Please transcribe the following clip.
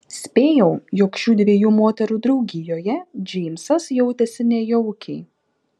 spėjau jog šių dviejų moterų draugijoje džeimsas jautėsi nejaukiai